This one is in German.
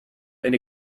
eine